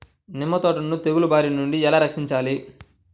నిమ్మ తోటను తెగులు బారి నుండి ఎలా రక్షించాలి?